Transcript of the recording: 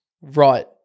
Right